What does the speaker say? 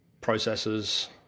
processes